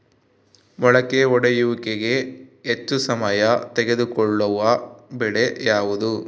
ಮೊಳಕೆ ಒಡೆಯುವಿಕೆಗೆ ಹೆಚ್ಚು ಸಮಯ ತೆಗೆದುಕೊಳ್ಳುವ ಬೆಳೆ ಯಾವುದು?